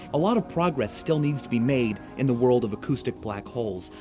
a lot of progress still needs to be made in the world of acoustic black holes,